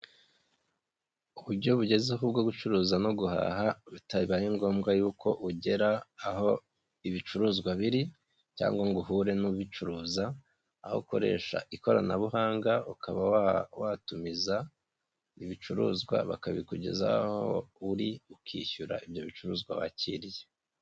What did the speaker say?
Uburyo bugezeho bwo gucuruza no guhaha bitabaye ngombwa yuko ugera aho ibicuruzwa biri cyangwa ngo uhure n'ubicuruza, aho ukoresha ikoranabuhanga ukaba watumiza ibicuruzwa bakabikugezaho, aho uri ukishyura ibyo bicuruzwa wakiriye.